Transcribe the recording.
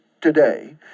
today